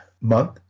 month